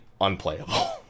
unplayable